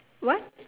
what